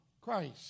Christ